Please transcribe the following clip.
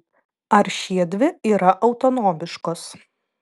ar šiedvi yra autonomiškos